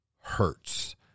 hurts